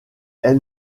elle